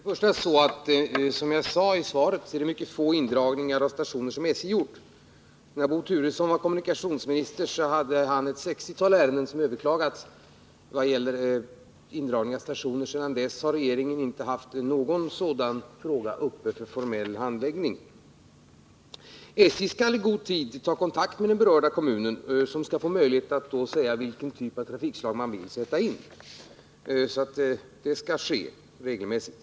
Herr talman! För det första är det på det sättet, som jag sade i svaret, att SJ har gjort mycket få indragningar. När Bo Turesson var kommunikationsminister hade han ett 60-tal ärenden som hade överklagats vad gäller indragning av stationer. Sedan dess har regeringen inte haft någon sådan fråga uppe för formell handläggning. SJ skall i god tid ta kontakt med den berörda kommunen, som skall få möjlighet att säga vilken typ av trafikslag man vill sätta in. Detta skall ske regelmässigt.